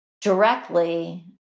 directly